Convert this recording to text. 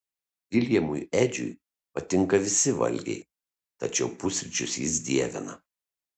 viljamui edžiui patinka visi valgiai tačiau pusryčius jis dievina